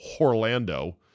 Orlando